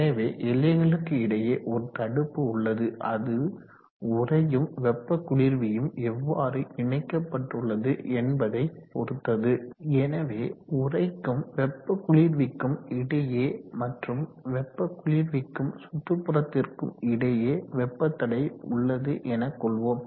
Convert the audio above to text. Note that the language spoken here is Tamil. எனவே எல்லைகளுக்கு இடையே ஒரு தடுப்பு உள்ளது அது உறையும் வெப்ப குளிர்வியும் எவ்வாறு இணைக்கப்பட்டுள்ளது என்பதை பொறுத்தது எனவே உறைக்கும் வெப்ப குளிர்விக்கும் இடையே மற்றும் வெப்ப குளிர்விக்கும் சுற்றுப்புறத்திற்கும் இடையே வெப்ப தடை உள்ளது எனக்கொள்வோம்